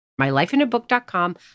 mylifeinabook.com